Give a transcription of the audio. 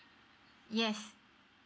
yes